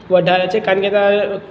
વધારે છે કારણ કે ત્યાં